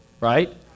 Right